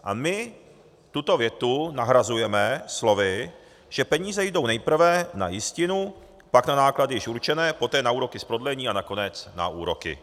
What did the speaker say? A my tuto větu nahrazujeme slovy, že peníze jdou nejprve na jistinu, pak na náklady již určené, poté na úroky z prodlení a nakonec na úroky.